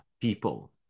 people